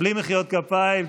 בלי מחיאות כפיים,